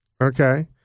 Okay